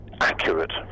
accurate